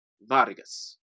Vargas